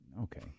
Okay